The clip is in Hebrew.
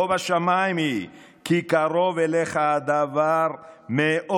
לא בשמים היא, כי קרוב אליך הדבר מאוד.